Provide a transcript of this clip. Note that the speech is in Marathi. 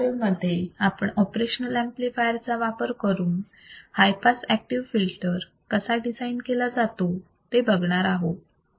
पुढच्या माॅड्यूल मध्ये आपण ऑपरेशनल ऍम्प्लिफायर चा वापर करून हाय पास एक्टिव फिल्टर कसा डिजाइन केला जातो ते बघणार आहोत